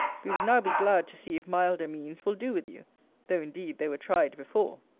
we would now be glad to see if milder means will do with you though, indeed, they were tried before.